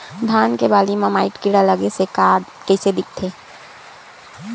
धान के बालि म माईट कीड़ा लगे से बालि कइसे दिखथे?